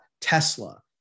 Tesla